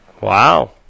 Wow